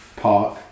Park